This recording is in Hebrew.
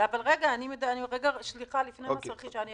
לפני מס רכישה,